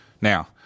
Now